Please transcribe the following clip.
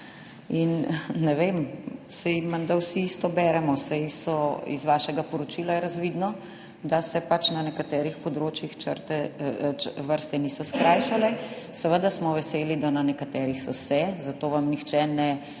in ne vem, saj menda vsi isto beremo, saj je iz vašega poročila razvidno, da se pač na nekaterih področjih vrste niso skrajšale. Seveda smo veseli, da na nekaterih so se, zato vam nihče ne oporeka